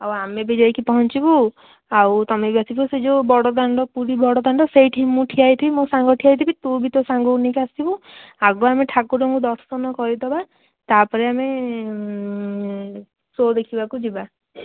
ଆଉ ଆମେ ବି ଯାଇକି ପହଞ୍ଚିବୁ ଆଉ ତୁମେ ବି ଆସିକି ସେଇ ଯେଉଁ ବଡ଼ଦାଣ୍ଡ ପୁରୀ ବଡ଼ଦାଣ୍ଡ ସେଇଠି ମୁଁ ଠିଆ ହେଇଥିବି ମୋ ସାଙ୍ଗ ଠିଆ ହେଇଥିବି ତୁ ବି ତ ସାଙ୍ଗକୁ ନେଇକି ଆସିବୁ ଆଗ ଆମେ ଠାକୁରଙ୍କୁ ଦର୍ଶନ କରିଦେବା ତା'ପରେ ଆମେ ସୋ ଦେଖିବାକୁ ଯିବା